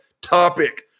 topic